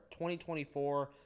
2024